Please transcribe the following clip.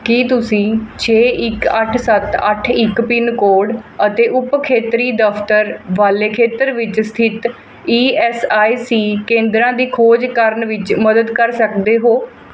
ਕੀ ਤੁਸੀਂ ਛੇ ਇੱਕ ਅੱਠ ਸੱਤ ਅੱਠ ਇੱਕ ਪਿੰਨਕੋਡ ਅਤੇ ਉਪ ਖੇਤਰੀ ਦਫ਼ਤਰ ਵਾਲੇ ਖੇਤਰ ਵਿੱਚ ਸਥਿਤ ਈ ਐੱਸ ਆਈ ਸੀ ਕੇਂਦਰਾਂ ਦੀ ਖੋਜ ਕਰਨ ਵਿੱਚ ਮਦਦ ਕਰ ਸਕਦੇ ਹੋ